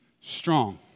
Strong